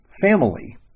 family